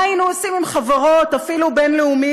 מה היינו עושים אם חברות, אפילו בין-לאומיות,